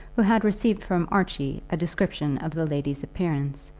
who had received from archie a description of the lady's appearance,